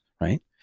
right